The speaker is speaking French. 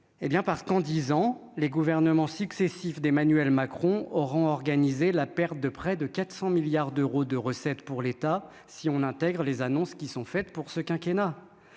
parce qu'en 10 ans, les gouvernements successifs d'Emmanuel Macron, auront organisé la perte de près de 400 milliards d'euros de recettes pour l'État si on intègre les annonces qui sont faites pour ce quinquennat